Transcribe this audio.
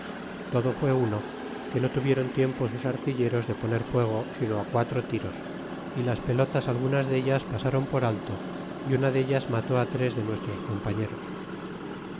todo fué uno que no tuviéron tiempo sus artilleros de poner fuego sino á quatro tiros y las pelotas algunas deltas pasron por alto é una deltas mató tres de nuestros compañeros